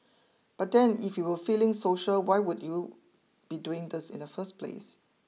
but then if you were feeling social why would you be doing this in the first place